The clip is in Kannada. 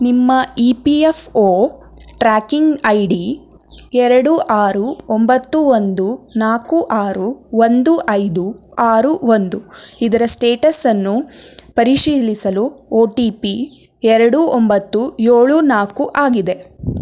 ನಿಮ್ಮ E P F O tracking I D ಎರಡು ಆರು ಒಂಬತ್ತು ಒಂದು ನಾಲ್ಕು ಆರು ಒಂದು ಐದು ಆರು ಒಂದು ಇದರ ಸ್ಟೇಟಸ್ಸನ್ನು ಪರಿಶೀಲಿಸಲು ಒ ಟಿ ಪಿ ಎರಡು ಒಂಬತ್ತು ಏಳು ನಾಲ್ಕು ಆಗಿದೆ